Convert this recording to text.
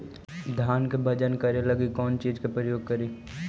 धान के बजन करे लगी कौन चिज के प्रयोग करि?